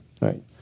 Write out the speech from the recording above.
Right